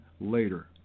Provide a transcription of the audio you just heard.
later